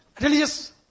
religious